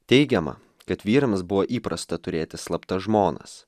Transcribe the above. teigiama kad vyrams buvo įprasta turėti slaptas žmonas